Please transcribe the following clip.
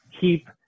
keep